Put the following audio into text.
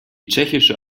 tschechische